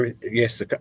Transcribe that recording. yes